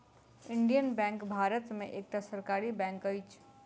Indian bank Bharat में एकटा सरकारी बैंक अछि